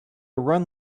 run